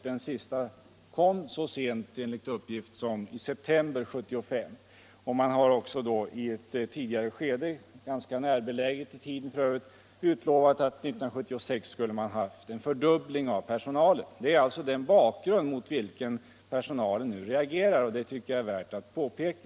Den sista kom enligt uppgift så sent som i september 1975. Man har också i ett tidigare, f. ö. ganska närbeläget skede utlovat en fördubbling av personalen år 1976. Det är alltså mot den bakgrunden som personalen nu reagerar, och det tycker jag är värt att påpeka.